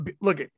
Look